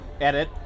edit